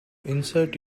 insert